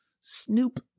Snoop